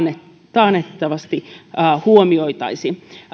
taannehtivasti huomioitaisi